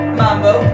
mambo